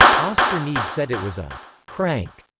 oscar neebe said it was a crank.